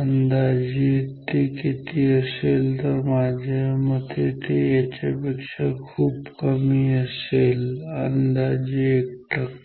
अंदाजे ते किती असेल माझ्या मते ते याच्यापेक्षा खूप कमी असेल अंदाजे 1 टक्का